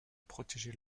protéger